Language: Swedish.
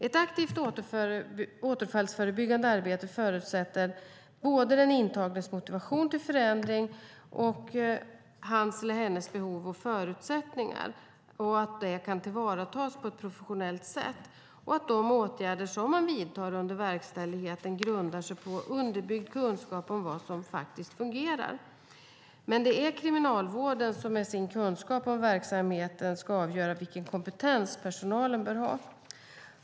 Ett aktivt återfallsförebyggande arbete förutsätter både den intagnes motivation till förändring och att hans eller hennes behov och förutsättningar kan tillvaratas på ett professionellt sätt samt att de åtgärder som vidtas under verkställigheten grundas på underbyggd kunskap om vad som faktiskt fungerar. Det är Kriminalvården med sin kunskap om verksamheten som avgör vilken kompetens personalen bör ha.